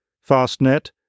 Fastnet